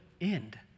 end